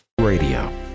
Radio